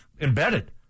embedded